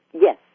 Yes